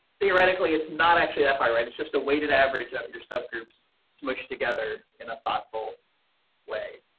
theoretically, it's not actually that hard, right. it's just a weighted average of your sub groups so much together in a thoughtful way.